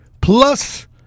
plus